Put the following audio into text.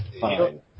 Fine